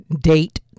date